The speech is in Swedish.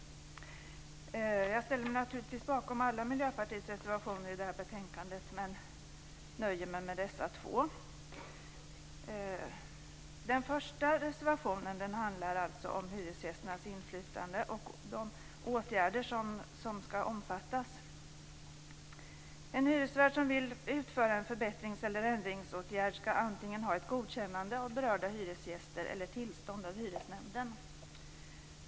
Jag ställer mig naturligtvis bakom alla Miljöpartiets reservationer i betänkandet, men jag nöjer mig med att yrka bifall till dessa två. Den första reservationen handlar om hyresgästernas inflytande och de åtgärder som ska omfattas. En hyresvärd som vill utföra en förbättrings eller ändringsåtgärd ska antingen ha ett godkännande av berörda hyresgäster eller tillstånd av hyresnämnden.